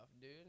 dude